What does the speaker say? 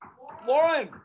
Lauren